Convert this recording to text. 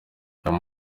aya